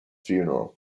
funeral